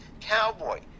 Cowboy